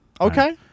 Okay